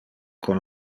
con